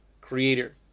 creator